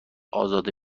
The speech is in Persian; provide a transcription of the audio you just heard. ازاده